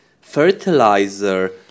fertilizer